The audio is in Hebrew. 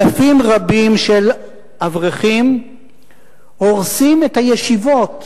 אלפים רבים של אברכים הורסים את הישיבות.